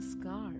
scar